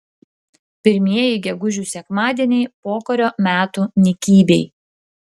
pirmieji gegužių sekmadieniai pokario metų nykybėj